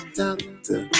doctor